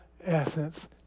essence